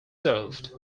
served